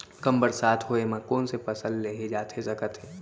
कम बरसात होए मा कौन से फसल लेहे जाथे सकत हे?